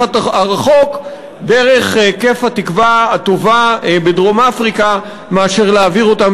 הרחוק דרך כף-התקווה בדרום-אפריקה מאשר להעביר אותן